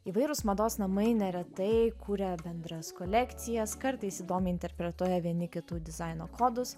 įvairūs mados namai neretai kuria bendras kolekcijas kartais įdomiai interpretuoja vieni kitų dizaino kodus